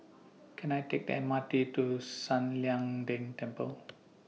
Can I Take The M R T to San Lian Deng Temple